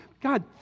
God